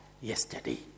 yesterday